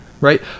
right